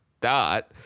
dot